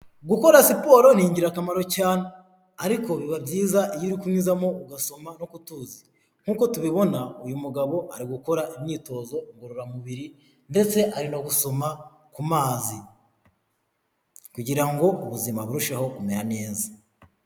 Gukora siporo ni ingirakamaro cyane, ariko biba byiza iyo uri kunyuzamo ugasoma no k'utuzi, nkuko tubibona uyu mugabo ari gukora imyitozo ngororamubiri ndetse ari no gusoma ku mazi, kugirango ubuzima burusheho kumenyamera neza.